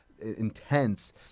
Intense